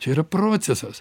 čia yra procesas